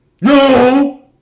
No